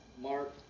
Mark